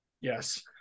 Yes